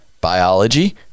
biology